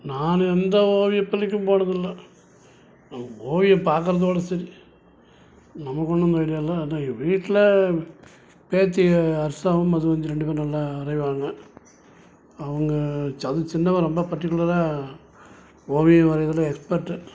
நான் எந்த ஓவிய பள்ளிக்கும் போனதில்லை நான் போய் பார்க்கறதோட சரி நமக்கு ஒன்றும் அந்த ஐடியா இல்லை ஆனால் என் வீட்டில் பேச்சி அர்ஸலாவும் மதுவஞ்சி ரெண்டு பேரும் நல்லா வரைவாங்க அவங்க ச அதுவும் சின்னவன் ரொம்ப பர்டிகுலராக ஓவியம் வரையிறதில் எக்ஸ்பெர்ட்டு